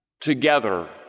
together